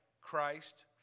Christ